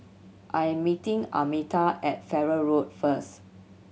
I am meeting Almeta at Farrer Road first